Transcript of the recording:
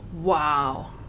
Wow